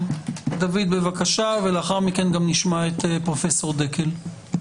דוד, בבקשה, ולאחר מכן גם נשמע את פרופ' דקל.